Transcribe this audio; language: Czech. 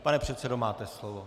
Pane předsedo, máte slovo.